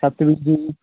ਜੀ